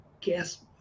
guess